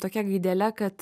tokia gaidele kad